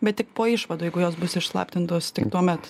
bet tik po išvadų jeigu jos bus išslaptintos tik tuomet